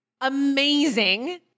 Amazing